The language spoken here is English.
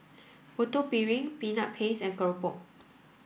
Putu Piring peanut paste and Keropok